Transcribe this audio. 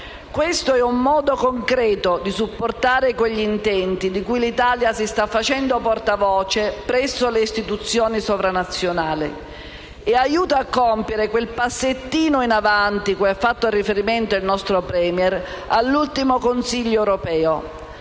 Questo è un modo concreto di supportare quegli intenti di cui l'Italia si sta facendo portavoce presso le istituzioni sovranazionali e aiuta a compiere quel passettino in avanti, cui ha fatto riferimento il nostro *Premier* all'ultimo Consiglio europeo,